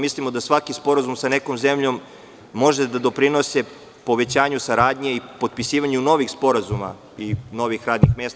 Mislimo da svaki sporazum sa nekom zemljom može da doprinese povećanju saradnje i potpisivanju novih sporazuma i novih radnih mesta.